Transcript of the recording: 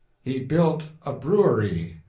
he built a brewery.